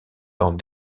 dans